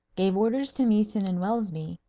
gave orders to meeson and welsby,